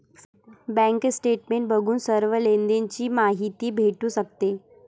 bank statement बघून सर्व लेनदेण ची माहिती भेटू शकते